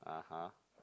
(uh huh)